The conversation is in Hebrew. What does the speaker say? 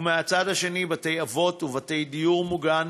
ומהצד שני בתי-אבות ובתי דיור מוגן